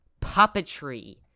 puppetry